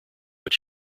but